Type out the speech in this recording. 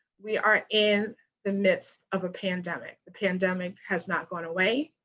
we are in the midst of a pandemic. the pandemic has not gone away.